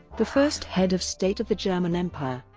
the first head of state of the german empire.